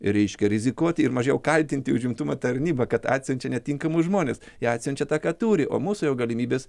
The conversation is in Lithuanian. reiškia rizikuoti ir mažiau kaltinti užimtumo tarnybą kad atsiunčia netinkamus žmones jie atsiunčia tą ką turi o mūsų jau galimybės